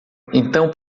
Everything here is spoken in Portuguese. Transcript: então